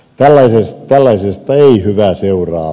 tällaisesta ei hyvää seuraa